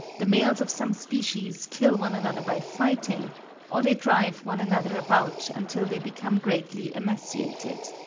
the males of some species kill one another by fighting or they drive one another about until they become greatly emaciated.